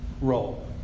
role